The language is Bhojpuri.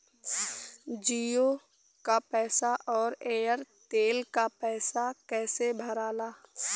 जीओ का पैसा और एयर तेलका पैसा कैसे भराला?